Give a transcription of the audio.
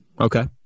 Okay